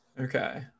Okay